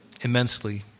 immensely